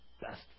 best